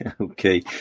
Okay